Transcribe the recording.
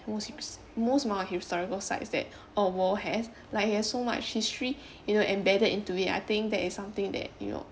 most amount of historical sites that a war has like it has so much history you know embedded into it I think that is something that you know